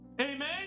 Amen